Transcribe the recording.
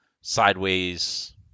sideways